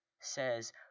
says